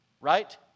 Right